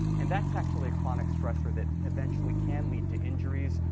and that's actually a chronic stressor that eventually can lead to injuries,